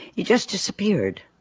you just disappeared.